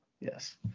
yes